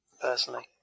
Personally